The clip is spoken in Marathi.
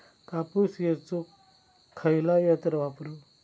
कापूस येचुक खयला यंत्र वापरू?